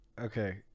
Okay